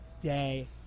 day